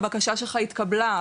הבקשה שלך התקבלה,